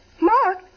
Mark